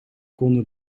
konden